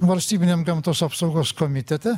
valstybiniam gamtos apsaugos komitete